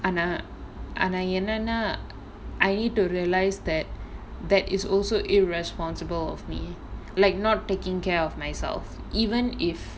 ஆனா ஆனா என்னன்னா:aanaa aanaa ennannaa I need to realise that that is also irresponsible of me like not taking care of myself even if